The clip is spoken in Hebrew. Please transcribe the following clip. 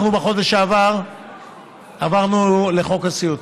בחודש שעבר עברנו לחוק הסיעוד,